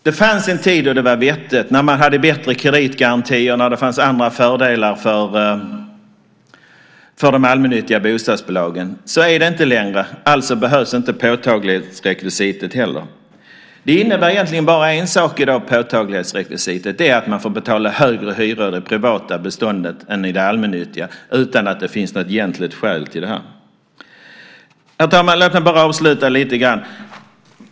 Det fanns en tid då det var vettigt, när man hade bättre kreditgarantier, när det fanns andra fördelar för de allmännyttiga bostadsbolagen. Så är det inte längre. Alltså behövs inte påtaglighetsrekvisitet heller. Påtaglighetsrekvisitet innebär egentligen bara en sak i dag. Det är att man får betala högre hyror i det privata beståndet än i det allmännyttiga, utan att det finns något egentligt skäl till det. Herr talman! Låt mig bara avsluta lite grann.